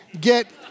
Get